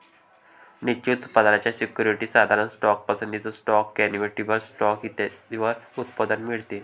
निश्चित उत्पन्नाच्या सिक्युरिटीज, साधारण स्टॉक, पसंतीचा स्टॉक, कन्व्हर्टिबल स्टॉक इत्यादींवर उत्पन्न मिळते